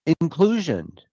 Inclusion